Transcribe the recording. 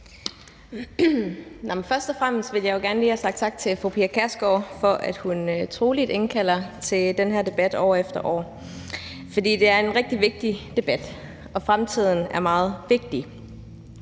Først og fremmest ville jeg gerne lige have sagt tak til fru Pia Kjærsgaard for, at hun troligt indkalder til den her debat år efter år. For det er en rigtig vigtig debat, og fremtiden er meget vigtig